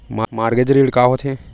Mortgage ऋण का होथे?